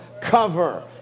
cover